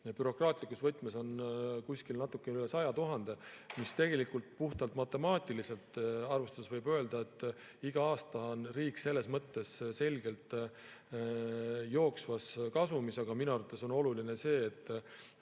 bürokraatlikus võtmes on natukene üle 100 000. Puhtalt matemaatiliselt arvestades võib öelda, et iga aasta on riik selles mõttes selgelt jooksvas kasumis. Aga minu arvates on oluline see, et